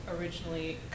originally